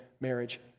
marriage